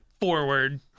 Forward